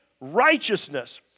righteousness